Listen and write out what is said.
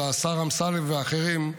של השר אמסלם ואחרים,